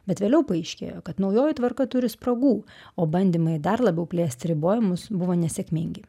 bet vėliau paaiškėjo kad naujoji tvarka turi spragų o bandymai dar labiau plėsti ribojimus buvo nesėkmingi